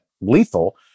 lethal